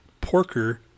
Porker